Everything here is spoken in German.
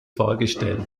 fahrgestell